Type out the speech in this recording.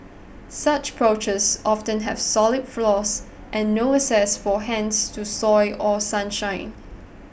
such porches often have solid floors and no access for hens to soil or sunshine